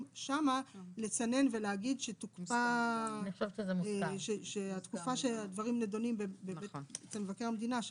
שם להגיד שהתקופה שהדברים נדונים במבקר המדינה,